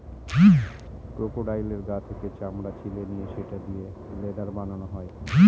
ক্রোকোডাইলের গা থেকে চামড়া ছিলে নিয়ে সেটা দিয়ে লেদার বানানো হয়